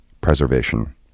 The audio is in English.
preservation